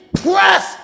press